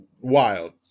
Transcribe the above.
wild